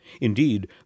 Indeed